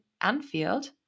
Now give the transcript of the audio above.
Anfield